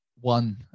one